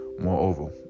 Moreover